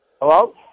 Hello